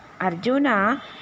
Arjuna